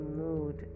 mood